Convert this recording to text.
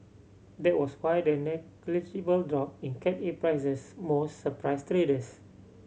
that was why the negligible drop in Cat A prices most surprised traders